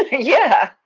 yeah,